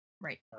Right